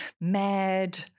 mad